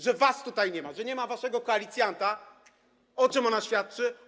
że was tutaj nie ma, że nie ma waszego koalicjanta - o czym ona świadczy?